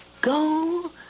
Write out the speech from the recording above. Go